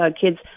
kids